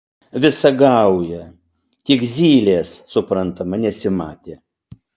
visa gauja tik zylės suprantama nesimatė